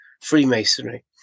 Freemasonry